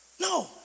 No